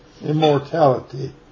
immortality